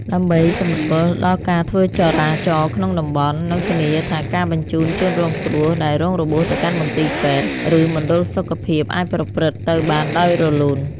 ដើម្បីសម្រួលដល់ការធ្វើចរាចរណ៍ក្នុងតំបន់ និងធានាថាការបញ្ជូនជនរងគ្រោះដែលរងរបួសទៅកាន់មន្ទីរពេទ្យ ឬមណ្ឌលសុខភាព អាចប្រព្រឹត្តទៅបានដោយរលូន។